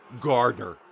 Gardner